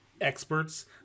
experts